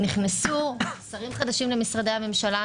נכנסו שרים חדשים למשרדי הממשלה,